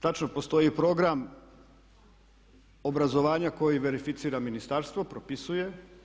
Točno postoji program obrazovanja koji verificira ministarstvo, propisuje.